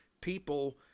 people